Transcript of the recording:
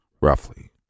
Roughly